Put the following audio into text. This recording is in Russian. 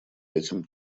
этим